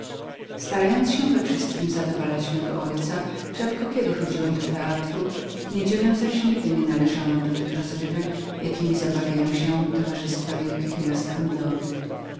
starając się we wszystkiem zadowalać mego ojca rzadko kiedy chodziłem do teatru w niedziele zaś nigdy nie należałem do tych rozrywek jakiemi w ogóle zabawiają się towarzystwa wielkich miast handlowych